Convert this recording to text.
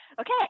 Okay